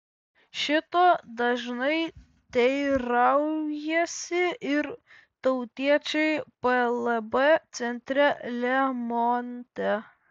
šito dažnai teiraujasi ir tautiečiai plb centre lemonte